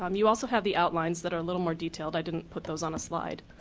um you also have the outlines that are a little more detailed. i didn't put those on a slide.